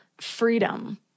freedom